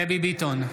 דבי ביטון,